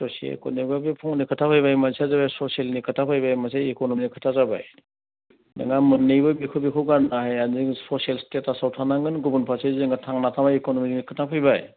socio इक'न'मिकबा बे फंनै खोथा फैबाय मोनसेया जाबाय ससियेलनि खोथा फैबाय मोनसे इक'न'मिकनि खोथा जाबाय नोंहा मोननैबो बेखौ बेखौ गारनो हाया जों ससियेल स्टेटासाव थानांगोन गुबुन फारसे जों थांना थानो इक'न'मिकनि खोथा फैबाय